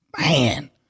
Man